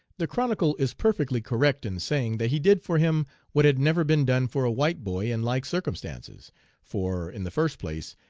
the chronicle is perfectly correct in saying that he did for him what had never been done for a white boy in like circumstances for, in the first place,